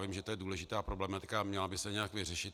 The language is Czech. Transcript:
Vím, že to je důležitá problematika a měla by se nějak vyřešit.